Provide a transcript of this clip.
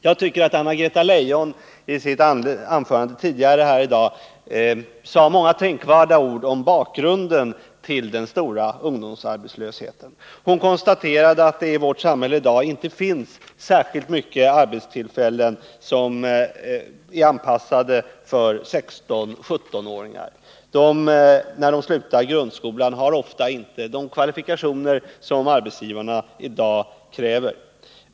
Jag tycker att Anna-Greta Leijon i sitt anförande tidigare i dag sade många tänkvärda ord om bakgrunden till den stora ungdomsarbetslösheten. Hon konstaterade att det i vårt samhälle i dag inte finns särskilt många arbetstillfällen som är anpassade för 16-17-åringar. När de slutar grundskolan har de ofta inte de kvalifikationer som arbetsgivarna kräver.